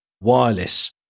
wireless